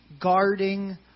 Guarding